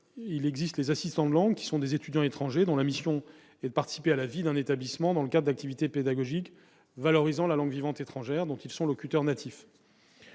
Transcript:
ailleurs, des assistants de langues, qui sont des étudiants étrangers, ont pour mission de participer à la vie d'un établissement dans le cadre des activités pédagogiques valorisant la langue vivante étrangère dont ils sont locuteurs natifs.